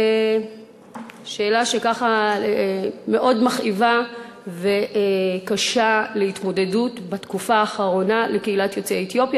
שאלה שמאוד מכאיבה וקשה להתמודדות בתקופה האחרונה לקהילת יוצאי אתיופיה,